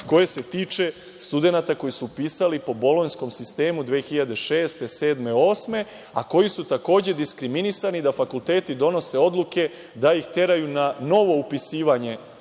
koje se tiče studenata koji su upisali po bolonjskom sistemu 2006, sedme, osme, a koji su takođe diskriminisani da fakulteti donose odluke da ih teraju na novo upisivanje